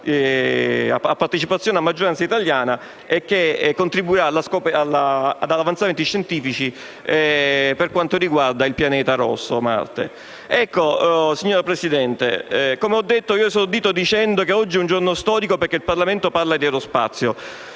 una partecipazione a maggioranza italiana e che contribuirà ad avanzamenti scientifici per quanto riguarda il pianeta rosso, Marte. Signora Presidente, ho esordito dicendo che oggi è un giorno storico perché il Parlamento parla di aerospazio.